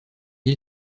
île